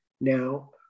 now